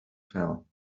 fell